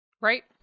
Right